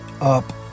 Up